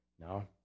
No